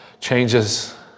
changes